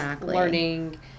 learning